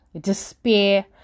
despair